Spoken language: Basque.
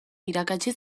irakatsi